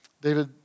David